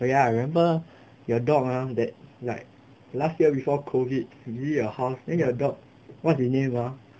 oh ya I remember your dog ah that like last year before COVID visit your house then your dog what's his name ah